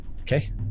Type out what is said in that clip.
Okay